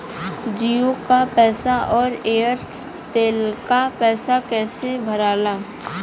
जीओ का पैसा और एयर तेलका पैसा कैसे भराला?